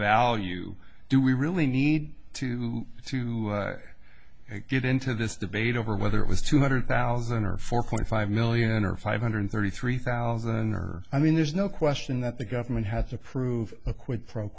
value do we really need to to get into this debate over whether it was two hundred thousand or four point five million or five hundred thirty three thousand or i mean there's no question that the government has to prove a qui